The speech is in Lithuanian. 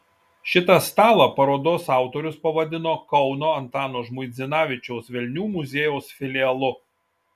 šitą stalą parodos autorius pavadino kauno antano žmuidzinavičiaus velnių muziejaus filialu